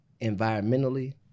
environmentally